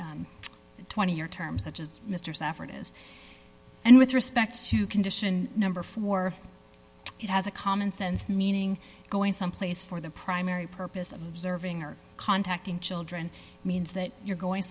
a twenty year term such as mr stafford as and with respect to condition number four it has a commonsense meaning going someplace for the primary purpose of observing or contacting children means that you're going